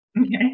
Okay